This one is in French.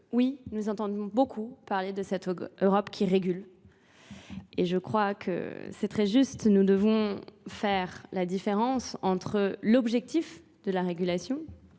oui, nous entendons beaucoup parler de cette Europe qui régule. Et je crois que c'est très juste, nous devons faire la différence entre l'objectif de la régulation,